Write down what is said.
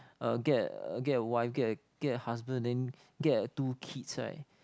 uh get get a wife get get a husband then get two kids [right]